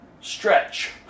stretch